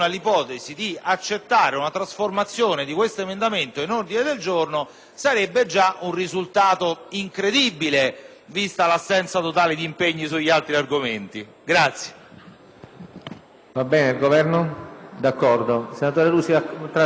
vista l’assenza totale di impegni sugli altri argomenti.